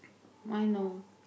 why no